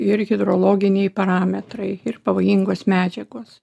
ir hidrologiniai parametrai ir pavojingos medžiagos